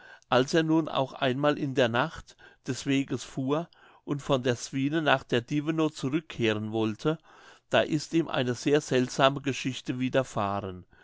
als er nun auch einmal in der nacht des weges fuhr und von der swine nach der dievenow zurückkehren wollte da ist ihm eine sehr seltsame geschichte